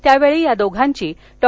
यावेळी या दोघांची डॉ